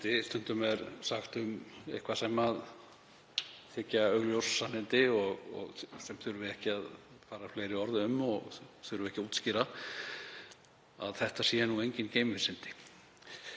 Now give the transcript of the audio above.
Stundum er sagt um eitthvað sem þykja augljós sannindi, sem þurfi ekki að fara fleiri orðum um og þurfi ekki að útskýra, að þetta séu engin geimvísindi.